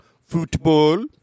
football